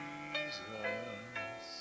Jesus